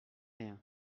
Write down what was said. rien